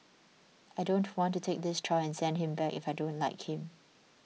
I don't want to take this child and send him back if I don't like him